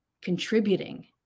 contributing